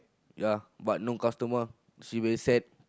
ya but no customer she very sad